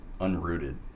unrooted